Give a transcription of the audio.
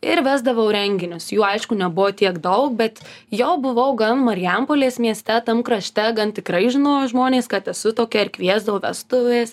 ir vesdavau renginius jų aišku nebuvo tiek daug bet jo buvau gan marijampolės mieste tam krašte gan tikrai žinojo žmonės kad esu tokia ir kviesdavo vestuvės